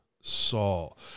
Saul